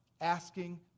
asking